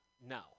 No